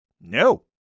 No